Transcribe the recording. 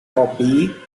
kopi